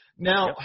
Now